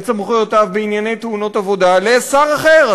סמכויותיו בענייני תאונות עבודה לשר אחר.